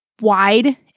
wide